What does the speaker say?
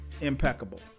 impeccable